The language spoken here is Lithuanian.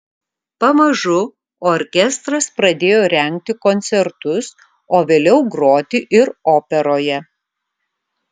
pamažu orkestras pradėjo rengti koncertus o vėliau groti ir operoje